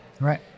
Right